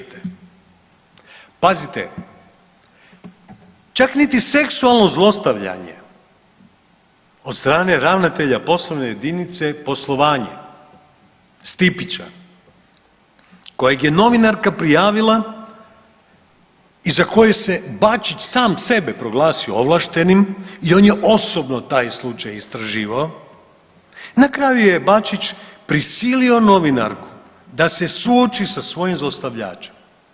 Pazite, čak niti seksualno zlostavljanje od strane ravnatelja poslovne jedinice Poslovanje Stipića kojeg je novinarka prijavila i za koje se Bačić sam sebe proglasio ovlaštenim i on je osobno taj slučaj istraživao na kraju je Bačić prisilo novinarku da se suoči sa svojim zlostavljačem.